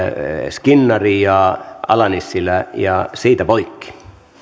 skinnari ja ala nissilä ja siitä poikki